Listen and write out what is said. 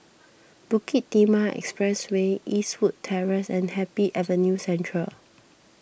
Bukit Timah Expressway Eastwood Terrace and Happy Avenue Central